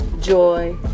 joy